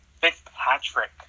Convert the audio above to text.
Fitzpatrick